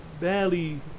barely